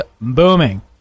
booming